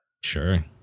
Sure